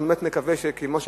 אנחנו נקווה שכמו שאמרתם,